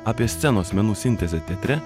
apie scenos menų sintezę teatre